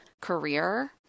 career